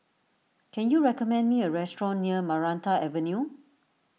can you recommend me a restaurant near Maranta Avenue